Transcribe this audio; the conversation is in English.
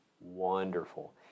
wonderful